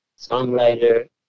songwriter